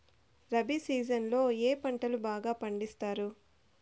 rabi season లో ఏ పంటలు బాగా పండిస్తారు